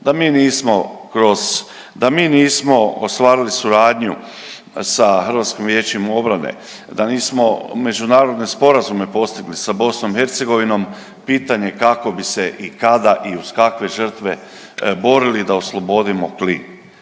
da mi nismo ostvarili suradnju sa HVO-om, da nismo međunarodne sporazume postigli sa BiH, pitanje kako bi se i kada i uz kakve žrtve borili da oslobodili